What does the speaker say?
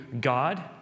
God